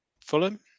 Fulham